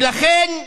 ולכן,